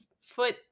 foot